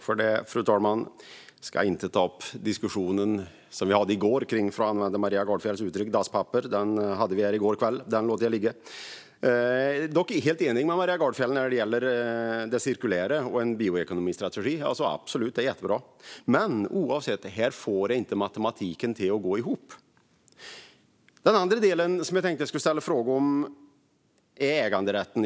Fru talman! Jag ska inte ta upp den diskussion vi hade i går om dasspapper, för att använda Maria Gardfjells uttryck. Den låter jag ligga. Jag är helt enig med Maria Gardfjell när det gäller det cirkulära och en bioekonomistrategi. Absolut, det är jättebra. Men här får jag ändå inte matematiken att gå ihop. Den andra del som jag tänkte ställa en fråga om är äganderätten.